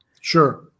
Sure